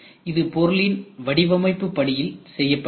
இது பொருளின் வடிவமைப்பு படியில் செய்யப்படுகிறது